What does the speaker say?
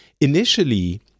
initially